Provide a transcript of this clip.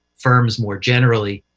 firms more generally,